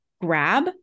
grab